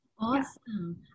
awesome